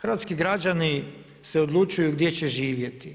Hrvatski građani se odlučuju gdje će živjeti.